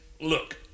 Look